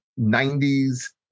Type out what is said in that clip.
90s